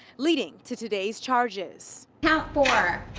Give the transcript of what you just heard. leading to today's charges. count four,